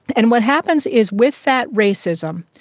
and what happens is with that racism,